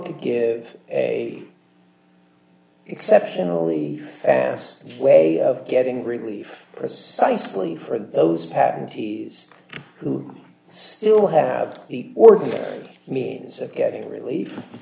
to give a exceptionally fast way of getting relief precisely for those patent is who still have organise a means of getting relief